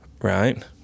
Right